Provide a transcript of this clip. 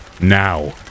Now